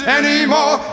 anymore